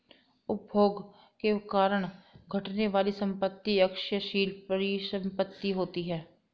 उपभोग के कारण घटने वाली संपत्ति क्षयशील परिसंपत्ति होती हैं